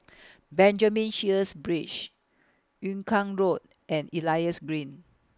Benjamin Sheares Bridge Yung Kuang Road and Elias Green